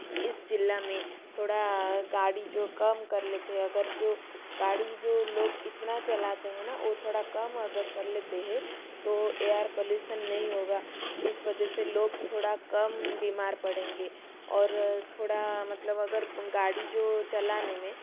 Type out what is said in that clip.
इस जिले में थोड़ा गाड़ी जो कम कर लेते है अगर जो गाड़ी जो लोग इतना चलाते हैं ना वो थोड़ा कम अगर कर लेते है तो एयर पलूसन नहीं होगा जिस वजह से लोग थोड़ा कम बीमार पड़ेंगे और थोड़ा मतलब अगर गाड़ी जो चलाने में